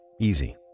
easy